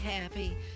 happy